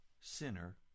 sinner